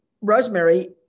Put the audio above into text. Rosemary